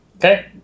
Okay